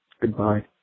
Goodbye